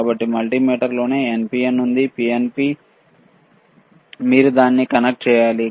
కాబట్టి మల్టీమీటర్లోనే NPN ఉంది PNP మీరు దాన్ని కనెక్ట్ చేయాలి